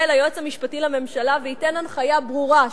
ליועץ המשפטי לממשלה וייתן הנחיה ברורה,